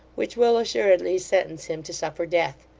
which will assuredly sentence him to suffer death.